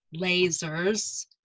lasers